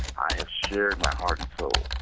i have shared my heart and soul.